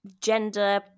gender